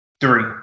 Three